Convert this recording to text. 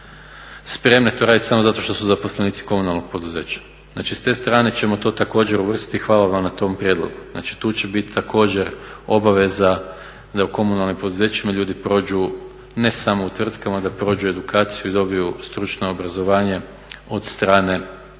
spremne to raditi samo zato što su zaposlenici komunalnog poduzeća. Znači s te strane ćemo to također uvrstiti i hvala vam na tom prijedlogu. Znači tu će biti također obaveza da u komunalnim poduzećima ljudi prođu, ne samo u tvrtkama, da prođu edukaciju i dobiju stručno obrazovanje od strane